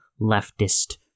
leftist